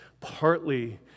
partly